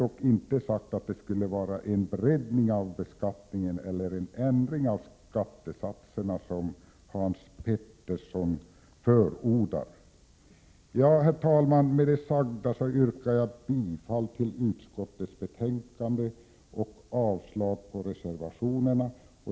Därmed inte sagt att det skulle vara fråga om en breddning av beskattningen eller en ändring av skattesatserna, vilket Hans Petersson i Hallstahammar förordar. Herr talman! Med det sagda yrkar jag bifall till utskottets hemställan och avslag på reservationerna.